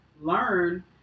learn